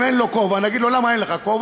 אם אין לו כובע, נגיד לו: למה אין לך כובע?